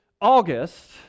August